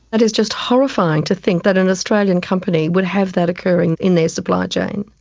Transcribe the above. that is just horrifying, to think that an australian company would have that occurring in their supply chain.